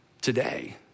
today